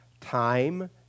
time